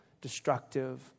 destructive